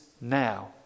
now